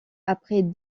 après